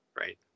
right